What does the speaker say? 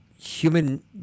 human